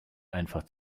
einfach